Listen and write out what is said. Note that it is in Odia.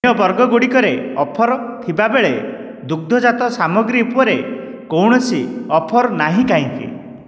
ଅନ୍ୟ ବର୍ଗଗୁଡ଼ିକରେ ଅଫର୍ ଥିବାବେଳେ ଦୁଗ୍ଧଜାତ ସାମଗ୍ରୀ ଉପରେ କୌଣସି ଅଫର୍ ନାହିଁ କାହିଁକି